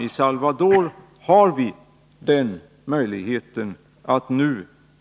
I El Salvador har vi nu möjlighet att